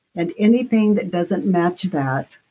and anything that doesn't match that,